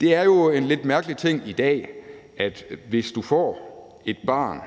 Det er jo en lidt mærkelig ting i dag, at hvis du får et barn